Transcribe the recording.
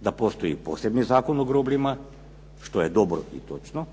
da postoji posebni Zakon o grobljima, što je dobro i točno